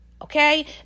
Okay